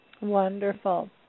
Wonderful